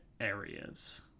areas